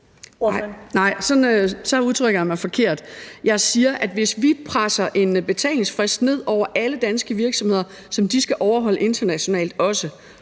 så udtrykker jeg mig forkert. Jeg siger, at hvis vi presser en betalingsfrist ned over alle danske virksomheder, som de også skal overholde internationalt, så